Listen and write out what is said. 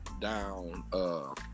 down